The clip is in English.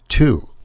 Two